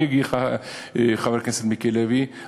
חבר הכנסת מיקי לוי,